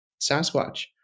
Sasquatch